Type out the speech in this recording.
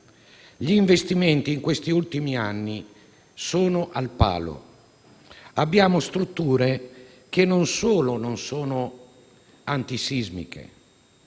Gli investimenti in questi ultimi anni sono al palo. Abbiamo strutture che non solo non sono antisismiche,